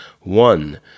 One